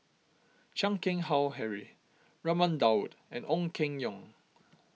Chan Keng Howe Harry Raman Daud and Ong Keng Yong